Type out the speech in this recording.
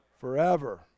forever